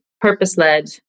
purpose-led